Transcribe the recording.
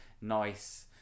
nice